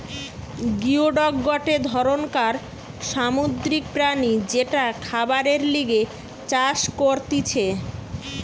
geoduck গটে ধরণকার সামুদ্রিক প্রাণী যেটা খাবারের লিগে চাষ করতিছে